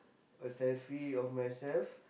a selfie of myself